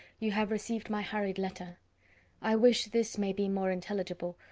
you have received my hurried letter i wish this may be more intelligible,